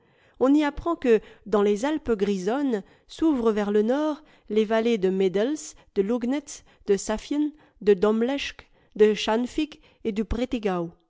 on y apprend que dans les alpes grisonnes s'ouvrent vers le nord les vallées de medels de lugnetz de safien de doiri leschff de schanfigg et du